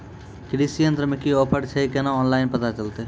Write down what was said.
कृषि यंत्र मे की ऑफर छै केना ऑनलाइन पता चलतै?